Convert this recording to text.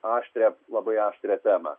aštrią labai aštrią temą